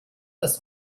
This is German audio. das